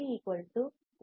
C 1 2 Π R